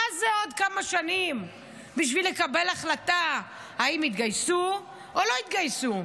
מה זה עוד כמה שנים בשביל לקבל החלטה אם יתגייסו או לא יתגייסו?